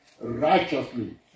righteously